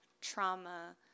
trauma